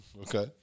Okay